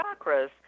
chakras